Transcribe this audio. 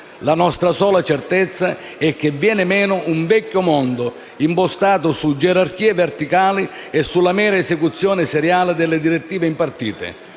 La nostra sola certezza è che viene meno un vecchio mondo, impostato su gerarchie verticali e sulla mera esecuzione seriale delle direttive impartite.